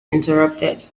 interrupted